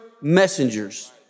messengers